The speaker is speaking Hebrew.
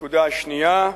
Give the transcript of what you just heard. הנקודה השנייה,